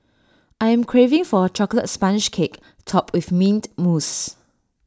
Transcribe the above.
I am craving for A Chocolate Sponge Cake Topped with Mint Mousse